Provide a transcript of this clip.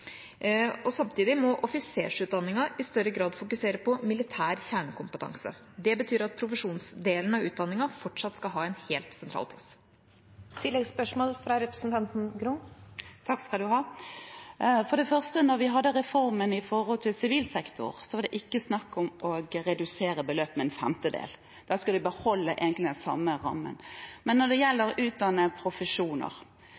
Samtidig må offisersutdanningen i større grad fokusere på militær kjernekompetanse. Det betyr at profesjonsdelen av utdanningen fortsatt skal ha en helt sentral plass. For det første: Da vi hadde reformen i sivil sektor, var det ikke snakk om å redusere beløpet med en femtedel. Vi skulle egentlig beholde den samme rammen. Når det